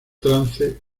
trance